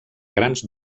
grans